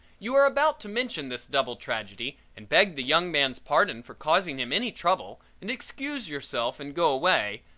you are about to mention this double tragedy and beg the young man's pardon for causing him any trouble and excuse yourself and go away,